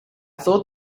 thought